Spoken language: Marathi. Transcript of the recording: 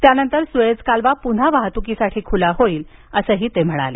त्यानंतर सुएझ कालवा पुन्हा वाहतुकीसाठी खुला होईल असं ते म्हणाले